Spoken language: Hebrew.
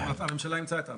הממשלה אימצה את ההמלצות.